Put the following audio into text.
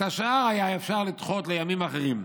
את השאר אפשר היה לדחות לימים אחרים.